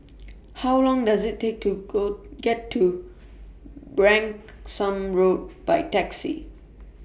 How Long Does IT Take to Go get to Branksome Road By Taxi